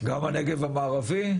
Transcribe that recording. גם הנגב המערבי?